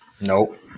Nope